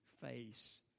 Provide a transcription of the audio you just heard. face